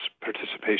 participation